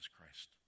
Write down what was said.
Christ